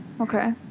Okay